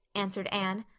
answered anne.